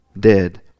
dead